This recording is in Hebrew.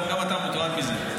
ואני מניח שגם אתה מוטרד מזה,